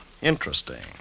Interesting